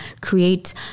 create